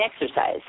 exercise